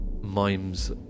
mimes